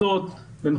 לגבי תחומים שונים של